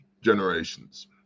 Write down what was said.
generations